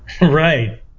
right